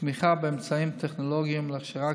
תמיכה באמצעים טכנולוגיים להכשרה,